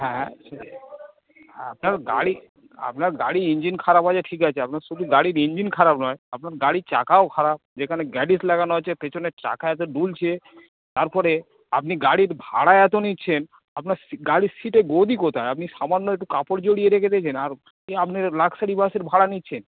হ্যাঁ আপনার গাড়ি আপনার গাড়ির ইঞ্জিন খারাপ আছে ঠিক আছে আপনার শুধু গাড়ির ইঞ্জিন খারাপ নয় আপনার গাড়ির চাকাও খারাপ যেখানে গ্যডিস লাগানো আছে পছনের চাকা এত দুলছে তারপরে আপনি গাড়ির ভাড়া এতো নিচ্ছেন আপনার গাড়ির সিটে গদি কোথায় আপনি সামান্য একটু কাপড় জড়িয়ে রেখে দিয়েছেন আর আপনার লাক্সারি বাস ভাড়া নিচ্ছেন